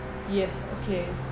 yes okay